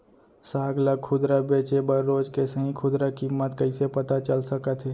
साग ला खुदरा बेचे बर रोज के सही खुदरा किम्मत कइसे पता चल सकत हे?